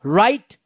right